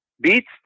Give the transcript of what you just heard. beats